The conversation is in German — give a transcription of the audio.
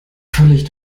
völlig